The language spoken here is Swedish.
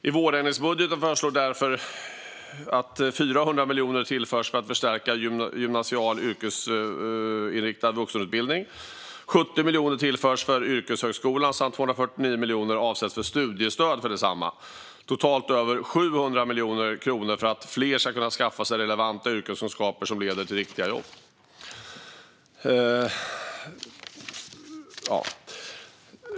I vårändringsbudgeten föreslås därför att 400 miljoner kronor tillförs för att förstärka gymnasial yrkesinriktad vuxenutbildning, att 70 miljoner kronor tillförs yrkeshögskolan samt att 249 miljoner kronor avsätts för studiestöd. Totalt är det över 700 miljoner kronor för att fler ska kunna skaffa sig relevanta yrkeskunskaper som leder till riktiga jobb.